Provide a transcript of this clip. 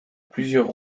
plusieurs